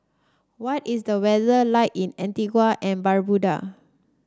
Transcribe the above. what is the weather like in Antigua and Barbuda